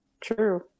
True